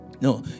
No